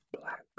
black